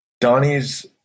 Donnie's